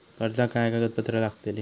कर्जाक काय कागदपत्र लागतली?